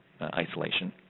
isolation